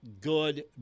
good